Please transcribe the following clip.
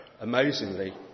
amazingly